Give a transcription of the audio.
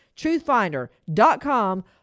Truthfinder.com